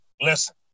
listen